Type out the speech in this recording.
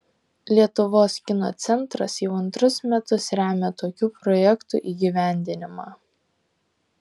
lietuvos kino centras jau antrus metus remia tokių projektų įgyvendinimą